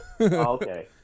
okay